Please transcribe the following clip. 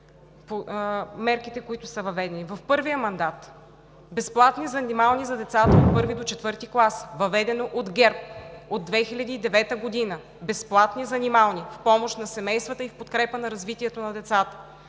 мерките, които са въведени: в първия мандат – безплатни занимални за децата от 1-ви до 4-ти клас, въведено от ГЕРБ от 2009 г.; безплатни занимални в помощ на семействата и в подкрепа на развитието на децата;